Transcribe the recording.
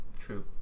True